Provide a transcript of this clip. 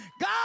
God